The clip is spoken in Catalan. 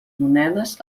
monedes